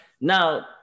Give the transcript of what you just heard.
now